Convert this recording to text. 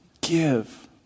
Give